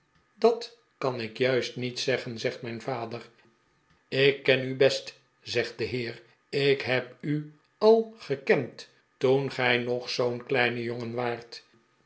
dat kan ik juist niet zeggen zegt mijn vader ik ken u best zegt de heer ik heb u al gekend toen gij nog zoo'n kleine jongen waart